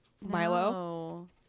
Milo